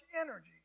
energy